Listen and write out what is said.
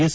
S